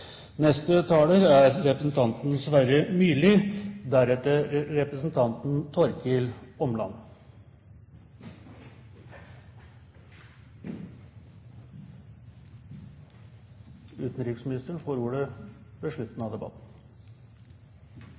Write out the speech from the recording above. Neste taler er representanten Sverre Myrli. Utenriksministeren får ordet ved slutten av debatten.